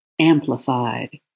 amplified